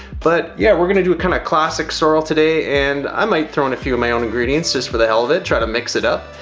but yeah, we're gonna do a kind of classic sorrel today and i might throw in a few of my own ingredients, just for the hell of it, try to mix it up.